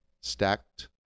stacked